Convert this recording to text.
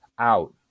out